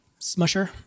smusher